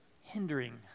hindering